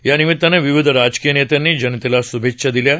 यानिमित्तानं विविध राजकीय नेत्यांनी जनतेला शुभेच्छा दिल्या आहेत